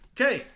Okay